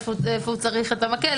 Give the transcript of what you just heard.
איפה הוא צריך את המקל,